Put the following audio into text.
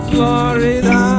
Florida